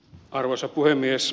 arvoisa puhemies